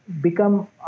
become